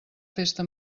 festa